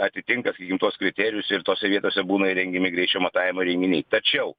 atitinka sakykim tuos kriterijus ir tose vietose būna įrengiami greičio matavimo įrenginiai tačiau